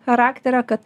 charakterio kad